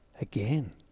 again